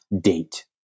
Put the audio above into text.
date